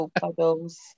Puddles